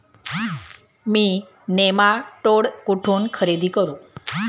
मी nematode कुठून खरेदी करू?